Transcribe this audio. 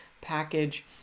package